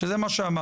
שזה מה שאמרת.